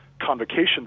convocation